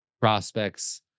prospects